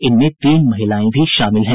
इनमें तीन महिलाएं भी शामिल हैं